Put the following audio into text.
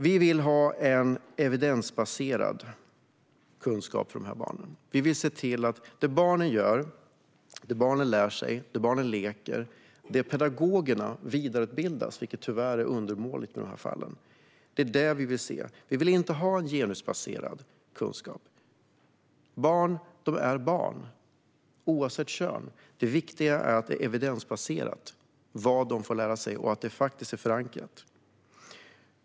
Vi vill ha en evidensbaserad kunskap för de här barnen. Vi vill att pedagogerna vidareutbildas i barns lärande och lek, vilket tyvärr är undermåligt i det här fallet. Vi vill inte ha en genusbaserad kunskap. Barn är barn, oavsett kön. Det viktiga är att det är evidensbaserat vad barnen får lära sig och att det är förankrat.